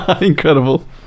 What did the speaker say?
Incredible